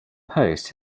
post